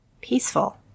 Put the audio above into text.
peaceful